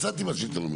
עוד פעם,